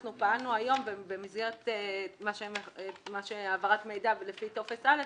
אנחנו פעלנו היום במסגרת העברת המידע ולפי טופס א',